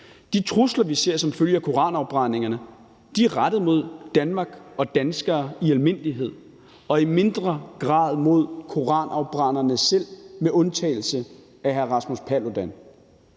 De trusler, vi ser som følge af koranafbrændingerne, er rettet mod Danmark og danskere i almindelighed og i mindre grad mod koranafbrænderne selv – med undtagelse af Rasmus Paludan.